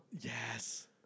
Yes